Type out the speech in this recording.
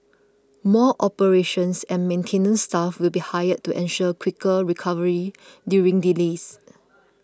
more operations and maintenance staff will be hired to ensure quicker recovery during delays